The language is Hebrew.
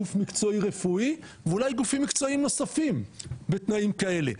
גוף מקצועי רפואי ואולי גופים מקצועיים נוספים בתנאים כאלה?